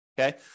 okay